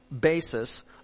basis